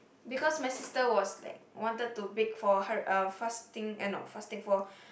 because my sister was like wanted to bake for her uh fasting eh no fasting for